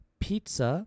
pizza